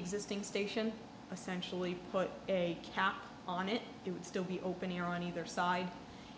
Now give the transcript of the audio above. existing station essentially put a cap on it it would still be open air on either side